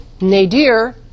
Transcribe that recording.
nadir